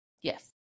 Yes